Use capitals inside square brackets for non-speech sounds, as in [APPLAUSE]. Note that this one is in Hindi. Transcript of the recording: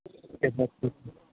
[UNINTELLIGIBLE]